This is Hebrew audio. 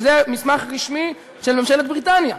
וזה מסמך רשמי של ממשלת בריטניה,